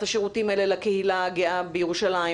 השירותים האלה לקהילה הגאה בירושלים.